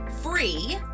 free